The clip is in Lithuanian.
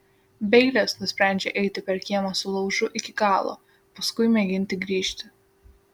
beilis nusprendžia eiti per kiemą su laužu iki galo paskui mėginti grįžti